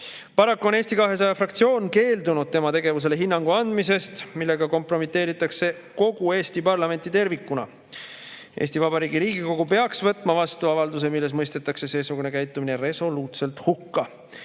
Paraku on Eesti 200 fraktsioon keeldunud tema tegevusele hinnangut andmast, millega kompromiteeritakse kogu Eesti parlamenti tervikuna. Eesti Vabariigi Riigikogu peaks võtma vastu avalduse, milles mõistetakse seesugune käitumine resoluutselt hukka.